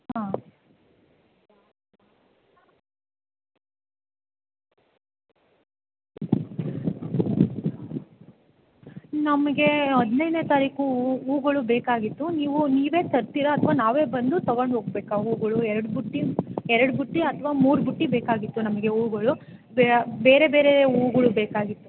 ಹಾಂ ನಮ್ಗೆ ಹದಿನೈದನೇ ತಾರೀಕು ಹೂಗಳು ಬೇಕಾಗಿತ್ತು ನೀವು ನೀವೇ ತರ್ತೀರಾ ಅಥವಾ ನಾವೇ ಬಂದು ತಗೊಂಡು ಹೋಗ್ಬೇಕಾ ಹೂಗಳು ಎರಡು ಬುಟ್ಟಿ ಎರಡು ಬುಟ್ಟಿ ಅಥವಾ ಮೂರು ಬುಟ್ಟಿ ಬೇಕಾಗಿತ್ತು ನಮಗೆ ಹೂಗಳು ಬೇರೆ ಬೇರೇ ಹೂಗಳು ಬೇಕಾಗಿತ್ತು